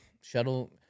shuttle